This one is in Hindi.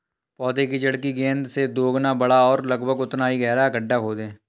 पौधे की जड़ की गेंद से दोगुना बड़ा और लगभग उतना ही गहरा गड्ढा खोदें